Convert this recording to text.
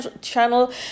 channel